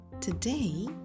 Today